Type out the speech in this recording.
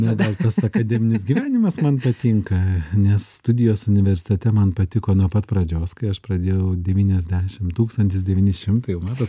na gal tas akademinis gyvenimas man patinka nes studijos universitete man patiko nuo pat pradžios kai aš pradėjau devyniasdešimt tūkstantis devyni šimtai va matot